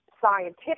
scientific